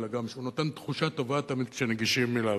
אלא גם שהוא נותן תמיד תחושה טובה כשניגשים אליו.